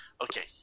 Okay